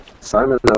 Simon